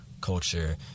culture